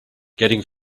getting